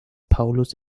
paulus